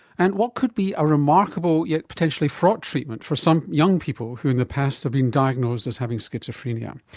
and what could be a remarkable yet potentially fraught treatment for some young people who in the past have been diagnosed as having schizophrenia.